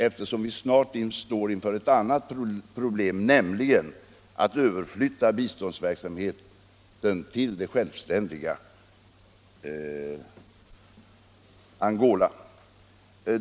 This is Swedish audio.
Vi står ju snart inför ett annat problem, nämligen att flytta över biståndsverksamheten till det självständiga Angola.